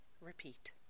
Repeat